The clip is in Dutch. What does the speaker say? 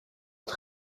het